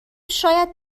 شاید